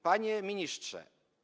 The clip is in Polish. Panie Ministrze!